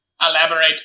Elaborate